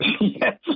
Yes